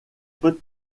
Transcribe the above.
peut